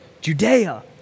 Judea